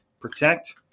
protect